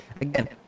again